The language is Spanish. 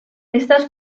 estas